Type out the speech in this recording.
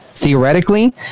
Theoretically